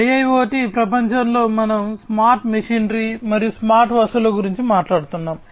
IIoT ప్రపంచంలో మనం smart machinery మరియు స్మార్ట్ వస్తువుల గురించి మాట్లాడుతున్నాము